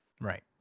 Right